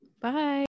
Bye